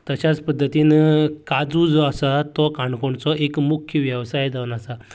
तश्यांच पद्दतीन काजू जो आसा तो काणकोणचो एक मुख्य वेवसाय जावन आसा